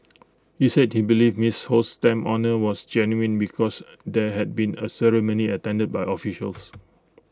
he said he believed miss Ho's stamp honour was genuine because there had been A ceremony attended by officials